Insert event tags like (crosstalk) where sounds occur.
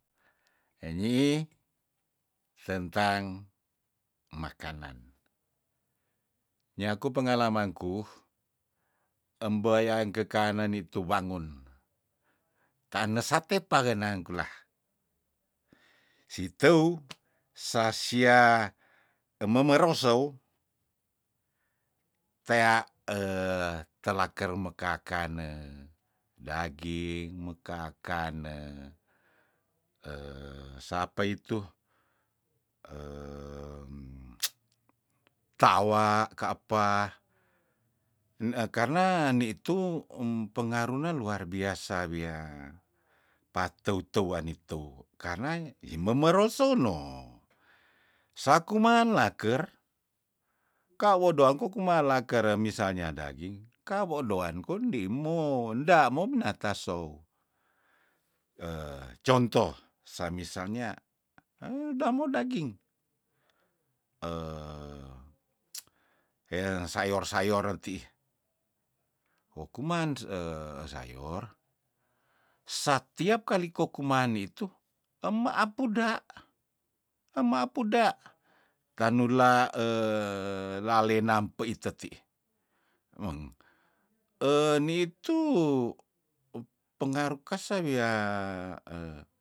Enyiih sentang makanan nyaku pengalamangku embuaya engkekanen nitu wangun tane sate pangenang kula siteu sasia ememerosou tea (hesitation) telaker mekakane daging, mekakane sapa itu (hesitation) tawa ka apa nee karna niitu umpengarune luar biasa wia pateuteu wanitou karna imemerolno saku man laker ka wo doang kokum laker misalnya daging kawo doan kon deimoh nda mo mina tasou (hesitation) contoh samisalnya eldamo daging (hesitation) en sayor- sayor netiih wokuman se esayor satiap kali kokuman nitu eme apuda eme apuda tanula (hesitation) lalenam mpei tetiih eng (hesitation) nitu pengaru kasa wia (hesitation)